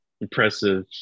impressive